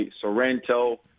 Sorrento